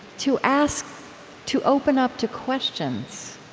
to ask to open up to questions.